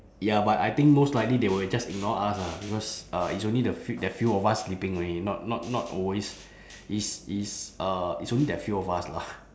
ya but I think most likely they will just ignore us lah because uh it's only the few that few of us sleeping only not not not always it's it's uh it's only that few of us lah